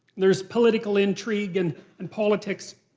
there's political intrigue and and politics,